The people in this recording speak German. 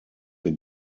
wir